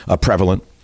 prevalent